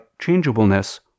changeableness